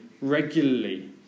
regularly